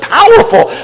powerful